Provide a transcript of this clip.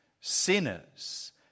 sinners